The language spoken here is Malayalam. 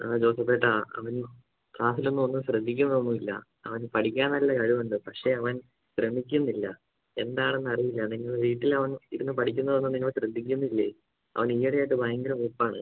ആ ജോസപ്പേട്ടാ അവൻ ക്ലാസിലൊന്നും ഒന്നും ശ്രദ്ധിക്കുന്നൊന്നും ഇല്ല അവന് പഠിക്കാൻ നല്ല കഴിവുണ്ട് പക്ഷെ അവൻ ശ്രമിക്കുന്നില്ല എന്താണെന്ന് അറിയില്ല നിങ്ങൾ വീട്ടിൽ അവൻ ഇരുന്ന് പഠിക്കുന്നതൊന്നും നിങ്ങൾ ശ്രദ്ധിക്കുന്നില്ലേ അവൻ ഈയിടെ ആയിട്ട് ഭയങ്കര ഉഴപ്പാണ്